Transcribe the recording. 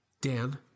Dan